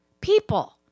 people